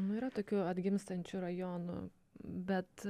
nu yra tokiu atgimstančių rajonų bet